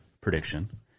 prediction